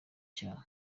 cyaha